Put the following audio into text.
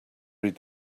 read